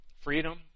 freedom